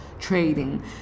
trading